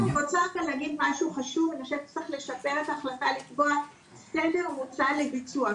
משהו חשוב, צריך לקבוע תדר הוצאה לביצוע.